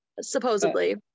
supposedly